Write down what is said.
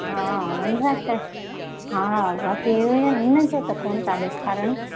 हा वनराज त हा बाक़ी इनजो त कोन्ह था ॾेखारनि